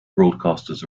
broadcasters